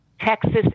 Texas